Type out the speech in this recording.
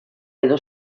edo